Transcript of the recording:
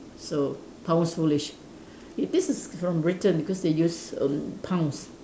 so pound foolish eh this is from Britain cause they use erm pounds